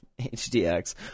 HDX